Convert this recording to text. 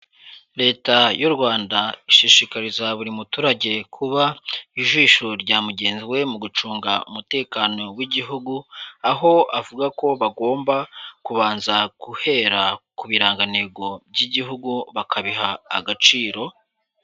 Leta y'u Rwanda ishishikariza buri muturage kuba ijisho rya mugenzi we mu gucunga umutekano w'igihugu, aho avuga ko bagomba kubanza guhera ku birangantego by'igihugu bakabiha agaciro.